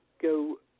go